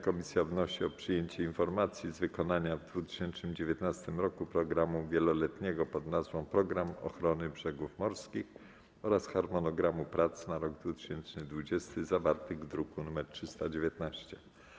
Komisja wnosi o przyjęcie Informacji z wykonania w 2019 roku programu wieloletniego pn.: „Program ochrony brzegów morskich” oraz harmonogram prac na rok 2020, zawartych w druku nr 319.